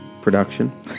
production